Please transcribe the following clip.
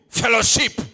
fellowship